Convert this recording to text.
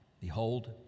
behold